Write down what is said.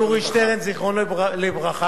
יורי שטרן, זיכרונו לברכה.